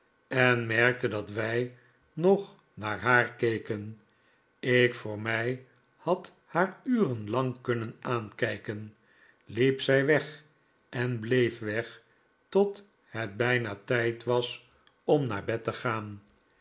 en merkte dat wij nog naar haar keken ik voor mij had haar uren lang kunnen aankijken liep zij weg en bleef weg tot het bijna tijd was om naar bed te gaan